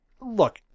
look